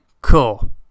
Cool